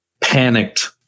panicked